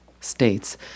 states